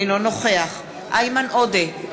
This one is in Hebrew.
אינו נוכח איימן עודה,